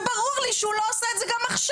וברור לי שהוא לא עושה את זה גם עכשיו.